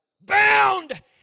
Bound